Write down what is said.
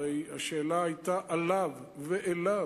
הרי השאלה היתה עליו ואליו.